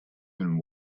and